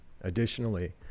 additionally